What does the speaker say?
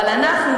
אבל אנחנו,